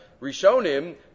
Rishonim